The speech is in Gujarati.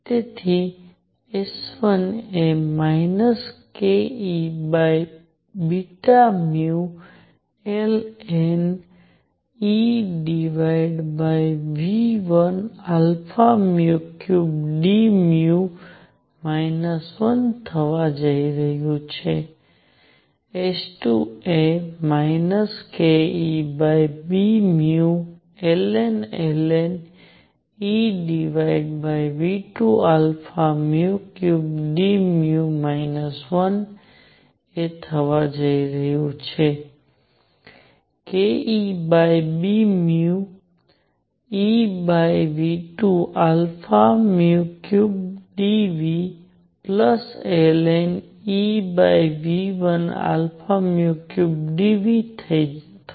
તેથી S1 એ kEβνln⁡EV13dν 1 થવા જઈ રહ્યું છે S2 એ kEβνln EV23dν 1 એ થવા જઈ રહ્યું છે kEβνEV23dν ln⁡EV13dν થવા જઈ રહ્યું છે